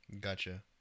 gotcha